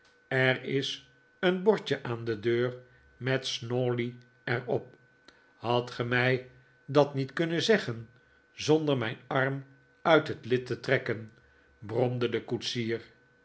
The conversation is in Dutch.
er is een bordje aan de deur met snawley er op hadt ge mij dat niet kunnen zeggen zonder mijn arm uit het lid te trekken bromde de koetsier